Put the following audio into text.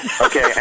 Okay